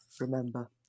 remember